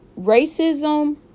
Racism